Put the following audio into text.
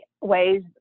ways